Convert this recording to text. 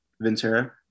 Ventura